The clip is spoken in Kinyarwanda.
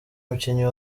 umukinnyi